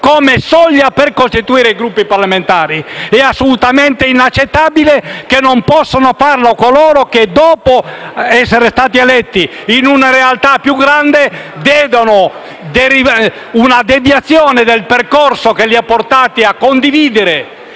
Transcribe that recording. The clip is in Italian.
previsto per costituire un Gruppo parlamentare. È assolutamente inaccettabile che non possano creare un nuovo Gruppo coloro che, dopo essere stati eletti in una realtà più grande, vedendo una deviazione dal percorso che li ha portati a condividere,